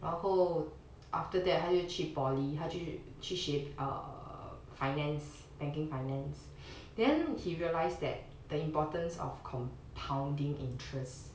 然后 after that 他就去 poly 他去去学 err finance banking finance then he realise that the importance of compounding interest